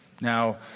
Now